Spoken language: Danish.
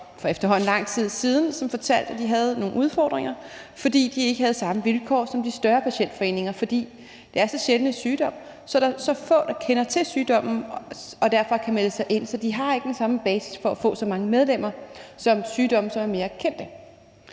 for efterhånden lang tid siden, og de fortalte, at de havde nogle udfordringer, fordi de ikke havde samme vilkår som de større patientforeninger – fordi det er så sjælden en sygdom, er der så få, der kender til sygdommen og kan melde sig ind. Så de har ikke den samme basis for at få så mange medlemmer som ved sygdomme, som er mere kendte.